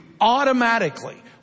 automatically